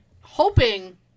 hoping